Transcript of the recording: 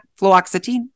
fluoxetine